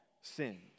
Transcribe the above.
sinned